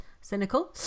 cynical